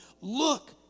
Look